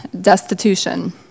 destitution